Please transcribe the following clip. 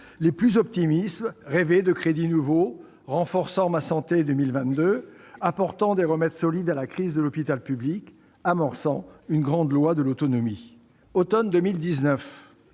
les plus optimistes rêvaient de crédits nouveaux renforçant le plan Ma santé 2022, apportant des remèdes solides à la crise de l'hôpital public, amorçant une grande loi de l'autonomie. À l'automne 2019,